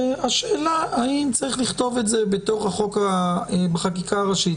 השאלה היא האם צריך לכתוב את זה בחקיקה הראשית,